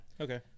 Okay